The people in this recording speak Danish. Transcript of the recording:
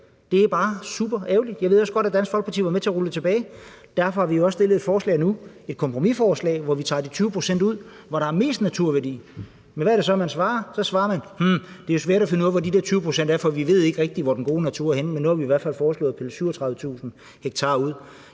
Det er bare super ærgerligt. Jeg ved også godt, at Dansk Folkeparti var med til at rulle det tilbage. Derfor har vi også stillet et forslag nu, et kompromisforslag, hvor vi tager de 20 pct. ud, hvor der er mest naturværdi. Men hvad er det så, man svarer? Så svarer man: Hm, det er jo svært at finde ud af, hvor de der 20 pct. er, for vi ved ikke rigtig, hvor den gode natur er henne, men nu har vi i hvert fald foreslået at pille 37.000 ha ud.